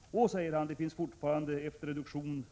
Sven Hogfors skriver vidare: ”Det finns fortfarande — efter reduktion